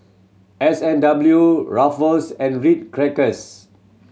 S and W Ruffles and Ritz Crackers